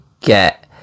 get